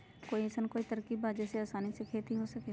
कोई अइसन कोई तरकीब बा जेसे आसानी से खेती हो सके?